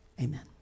Amen